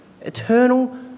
eternal